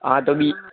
હા તો બી